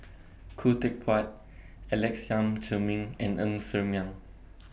Khoo Teck Puat Alex Yam Ziming and Ng Ser Miang